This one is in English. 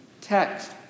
text